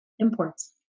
Imports